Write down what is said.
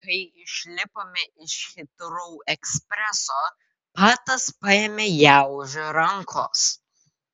kai išlipome iš hitrou ekspreso patas paėmė ją už rankos